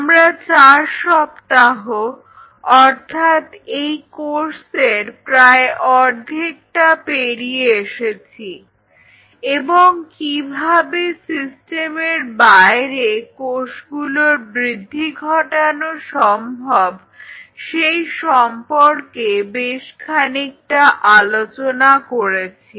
আমরা চার সপ্তাহ অর্থাৎ এই কোর্সের প্রায় অর্ধেকটা পেরিয়ে এসেছি এবং কিভাবে সিস্টেমের বাইরে কোষগুলোর বৃদ্ধি ঘটানো সম্ভব সেই সম্পর্কে বেশ খানিকটা আলোচনা করেছি